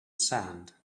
sand